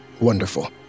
Wonderful